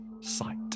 sight